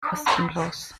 kostenlos